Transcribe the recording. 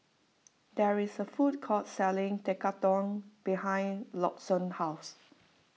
there is a food court selling Tekkadon behind Lawson's house